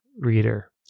reader